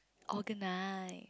organise